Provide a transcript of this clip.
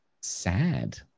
sad